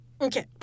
okay